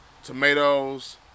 tomatoes